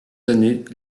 années